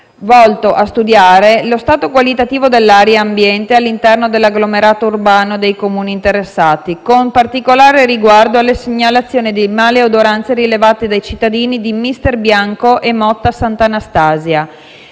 volto a studiare lo stato qualitativo di aria e ambiente all'interno dell'agglomerato urbano dei Comuni interessati, con particolare riguardo alle segnalazioni di maleodoranze rilevate dai cittadini di Misterbianco e Motta Sant'Anastasia.